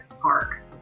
park